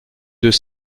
deux